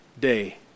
day